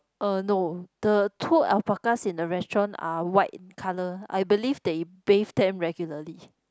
uh no the two alpacas in the restaurant are white colour I believe they bathe them regularly